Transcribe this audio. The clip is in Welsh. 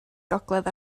gogledd